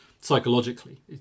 psychologically